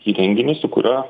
įrenginį su kuriuo